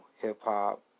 hip-hop